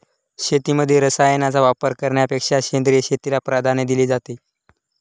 शेतीमध्ये रसायनांचा वापर करण्यापेक्षा सेंद्रिय शेतीला प्राधान्य दिले जाते